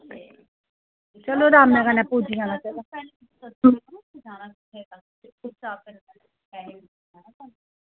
चलो अरामै कन्नै पुज्जी जाना